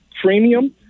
premium